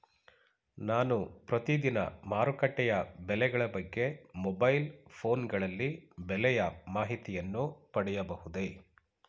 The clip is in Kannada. ನಾನು ಪ್ರತಿದಿನ ಮಾರುಕಟ್ಟೆಯ ಬೆಲೆಗಳ ಬಗ್ಗೆ ಮೊಬೈಲ್ ಫೋನ್ ಗಳಲ್ಲಿ ಬೆಲೆಯ ಮಾಹಿತಿಯನ್ನು ಪಡೆಯಬಹುದೇ?